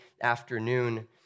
afternoon